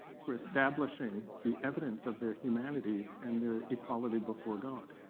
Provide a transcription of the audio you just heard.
for establishing the evidence of their humanity and their equality before god.